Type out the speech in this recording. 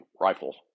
rifle